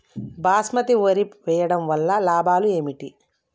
బాస్మతి వరి వేయటం వల్ల లాభాలు ఏమిటి?